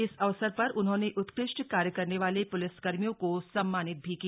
इस अवसर पर उन्होंने उत्कृष्ट कार्य करने वाले पुलिसकर्मियों को सम्मानित भी किया